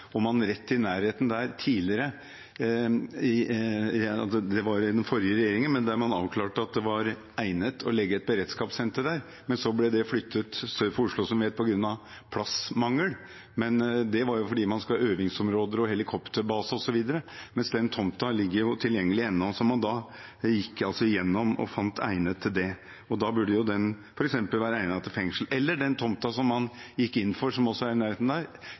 Rett i nærheten av det avklarte man under den forrige regjeringen at det var egnet å legge et beredskapssenter, men så ble det flyttet sør for Oslo, som vi vet, på grunn av plassmangel. Men det var jo fordi man skulle ha øvingsområder og helikopterbase osv. Den tomten som man da gikk gjennom og fant egnet til det, ligger tilgjengelig ennå. Da burde den jo f.eks. være egnet til fengsel. Det kan også gjelde den tomten, som også er i nærheten der, som man gikk inn for til OL-anlegg, og som var en del av Oslos plan for hvor OL-anlegget i